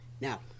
Now